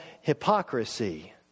hypocrisy